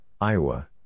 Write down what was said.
Iowa